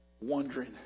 Wondering